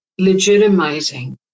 legitimizing